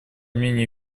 мнению